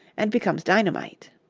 and becomes dynamite.